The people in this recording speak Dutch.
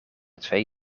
twee